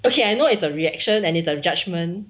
okay I know it's a reaction and it's a judgement